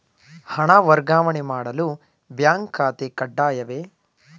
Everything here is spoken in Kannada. ಹಣ ವರ್ಗಾವಣೆ ಮಾಡಲು ಬ್ಯಾಂಕ್ ಖಾತೆ ಕಡ್ಡಾಯವೇ?